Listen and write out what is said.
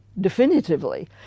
definitively